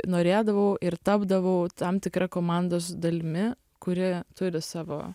norėdavau ir tapdavau tam tikra komandos dalimi kuri turi savo